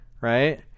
right